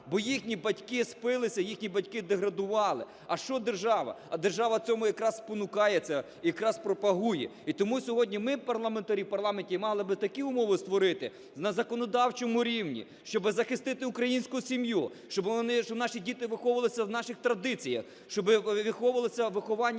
бо їхні батьки спилися, їхні батьки деградували. А що держава? А держава цьому якраз спонукає, якраз пропагує. І тому сьогодні ми, парламентарі, у парламенті мали би такі умови створити на законодавчому рівні, щоби захистити українську сім'ю, щоби вони, наші діти, виховувалися в наших традиціях, щоби виховувалися у вихованні